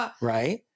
Right